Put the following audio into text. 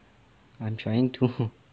I'm trying to